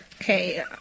Okay